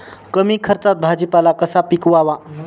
कमी खर्चात भाजीपाला कसा पिकवावा?